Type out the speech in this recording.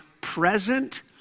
present